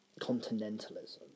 continentalism